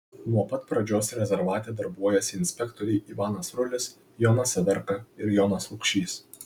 nuo pat pradžios rezervate darbuojasi inspektoriai ivanas rulis jonas averka ir jonas lukšys